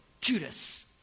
Judas